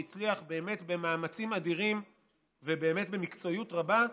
שהצליח במאמצים אדירים ובמקצועיות רבה,